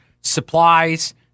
supplies